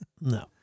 No